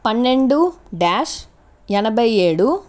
పన్నెండు డ్యాష్ ఎనభై ఏడు